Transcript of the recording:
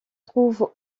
trouve